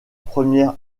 première